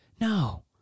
No